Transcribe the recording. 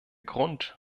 grund